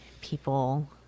people